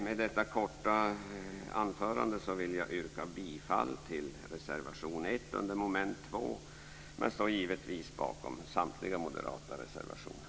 Med detta korta anförande yrkar jag bifall till reservation 1 under mom. 2 men givetvis står jag bakom samtliga moderata reservationer.